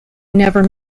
never